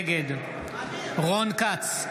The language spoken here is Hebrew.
נגד רון כץ,